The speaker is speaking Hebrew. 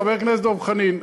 חבר הכנסת דב חנין,